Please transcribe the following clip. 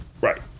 Right